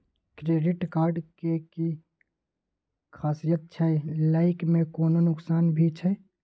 Credit card के कि खासियत छै, लय में कोनो नुकसान भी छै?